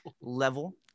level